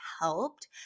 helped